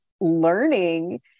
learning